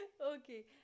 Okay